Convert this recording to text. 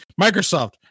Microsoft